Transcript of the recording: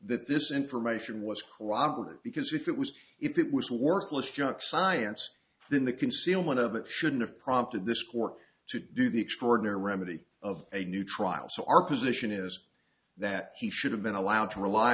that this information was corroborated because if it was if it was a worthless junk science then the concealment of it shouldn't have prompted this court to do the extraordinary remedy of a new trial so our position is that he should have been allowed to rely